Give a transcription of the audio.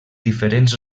diferents